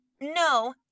No